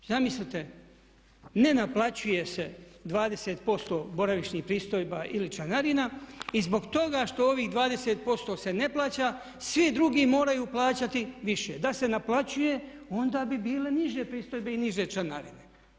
Zamislite ne naplaćuje se 20% boravišnih pristojba ili članarina i zbog toga što ovih 20% se ne plaća svi drugi moraju plaćati više, da se naplaćuje onda bi bile niže pristojbe i niže članarine.